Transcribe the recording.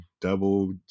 double